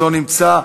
לא נמצא,